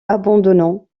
abandonnant